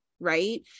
right